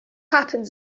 happens